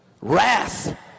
Wrath